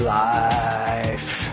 life